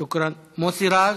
שוכרן, מוסי רז,